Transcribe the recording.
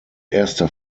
erster